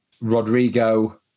Rodrigo